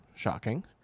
shocking